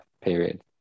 period